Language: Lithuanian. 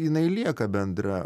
jinai lieka bendra